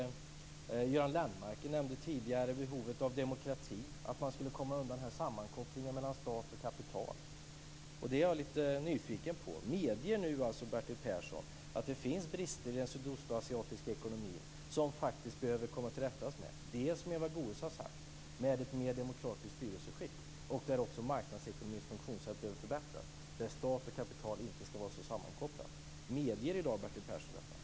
Göran Lennmarker nämnde tidigare behovet av demokrati och att komma undan sammankopplingen stat och kapital. Jag är litet nyfiken på detta. Medger Bertil Persson att det finns brister i den sydostasiatiska ekonomin som faktiskt behöver komma till rätta? Som Eva Goës har sagt skall det ske med ett mer demokratiskt styrelseskick och där också marknadsekonomins funktionssätt behöver förbättras. Stat och kapital skall inte vara sammankopplat. Medger i dag Bertil Persson detta?